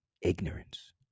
ignorance